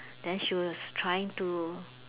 then she was trying to